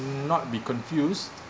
not be confused